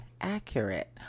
accurate